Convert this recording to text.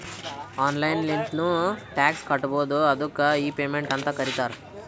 online ಲಿಂತ್ನು tax ಕಟ್ಬೋದು ಅದ್ದುಕ್ ಇ ಪೇಮೆಂಟ್ ಅಂತ್ ಕರೀತಾರ